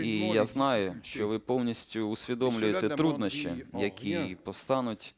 І я знаю, що ви повністю усвідомлюєте труднощі, які постануть.